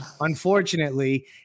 unfortunately